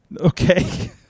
Okay